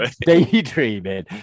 daydreaming